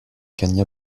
gagna